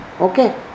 okay